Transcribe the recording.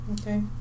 Okay